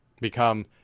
become